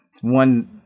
one